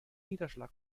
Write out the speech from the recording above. niederschlag